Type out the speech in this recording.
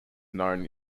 known